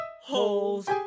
holes